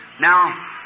Now